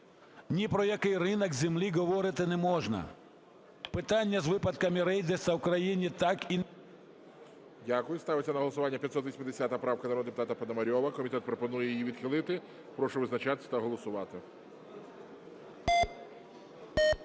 Ні про який ринок землі говорити не можна. Питання з випадками рейдерства в країні так і не…